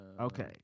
Okay